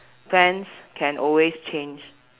plans can always change